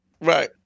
Right